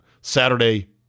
Saturday